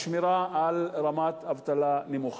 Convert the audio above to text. השמירה על רמת אבטלה נמוכה.